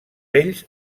ells